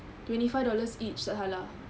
twenty five dollars each tak salah